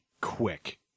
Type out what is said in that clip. quick